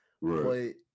right